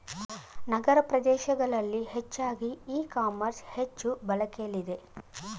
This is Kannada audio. ನಗರ ಪ್ರದೇಶಗಳಲ್ಲಿ ಹೆಚ್ಚಾಗಿ ಇ ಕಾಮರ್ಸ್ ಹೆಚ್ಚು ಬಳಕೆಲಿದೆ